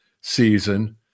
season